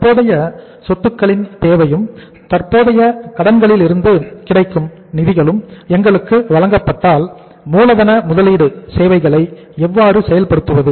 தற்போதைய சொத்துக்களின் தேவையும் தற்போதைய கடன்களில்இருந்து கிடைக்கும் நிதிகளும் எங்களுக்கு வழங்கப்பட்டால் மூலதன முதலீடு சேவைகளை எவ்வாறு செயல்படுத்துவது